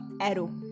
arrow